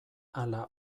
ala